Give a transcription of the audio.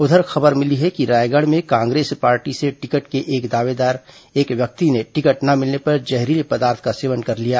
उधर खबर मिली है कि रायगढ़ में कांग्रेस पार्टी से टिकट के दावेदार एक व्यक्ति ने टिकट न मिलने पर जहरीले पदार्थ का सेवन कर लिया